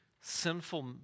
sinful